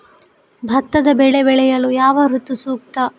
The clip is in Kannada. ಭತ್ತದ ಬೆಳೆ ಬೆಳೆಯಲು ಯಾವ ಋತು ಸೂಕ್ತ?